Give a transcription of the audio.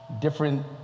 different